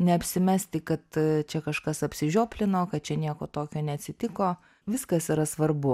neapsimesti kad čia kažkas apsižioplino kad čia nieko tokio neatsitiko viskas yra svarbu